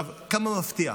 כמה מפתיע.